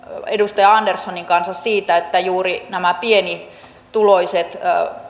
edustaja anderssonin kanssa että juuri nämä pienituloiset